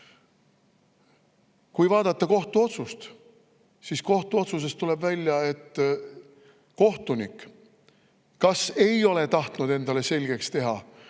Kui vaadata kohtuotsust, siis sealt tuleb välja, et kohtunik ei ole tahtnud endale selgeks teha,